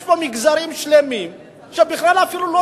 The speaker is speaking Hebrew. יש פה מגזרים שלמים שבכלל אפילו לא